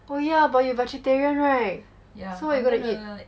oh yeah but you vegetarian right so what you going to eat